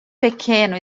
pequeno